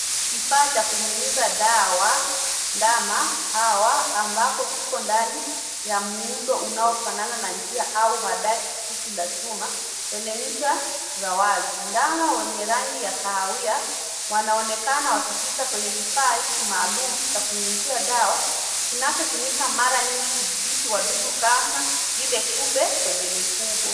Kifaa cha kunyunyuzia dawa ndama hawa, ambapo kiko ndani ya muundo unaofanana na njia au hadaki fupi la chuma lenye ncha za wazi. Ndama wenye rangi ya kahawia, wanaonekana wakipita kwenye kifaa hiki maalum cha kunyunyuzia dawa, kinachotumiwa mara nyingi kudhibiti wanyama kama vile kupe kwenye mifugo.